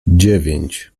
dziewięć